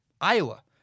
Iowa